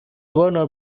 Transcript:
warner